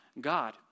God